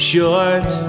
short